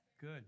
Good